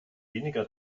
weniger